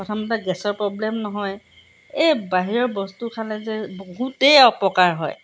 প্ৰথমতে গেছৰ প্ৰব্লেম নহয় এই বাহিৰৰ বস্তু খালে যে বহুতেই অপকাৰ হয়